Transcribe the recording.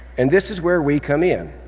and this is where we come in.